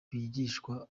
bigishwa